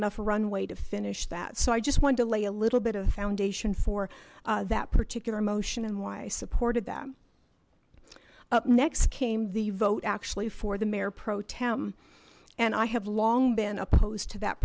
enough a runway to finish that so i just wanted to lay a little bit of a foundation for that particular motion and why i supported them up next came the vote actually for the mayor pro tem and i have long been opposed to that